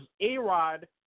A-Rod